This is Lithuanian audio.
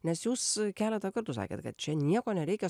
nes jūs keletą kartų sakėt kad čia nieko nereikia